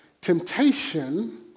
temptation